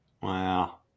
Wow